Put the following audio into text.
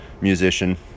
musician